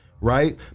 right